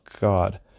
God